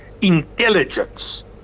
intelligence